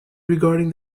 regarding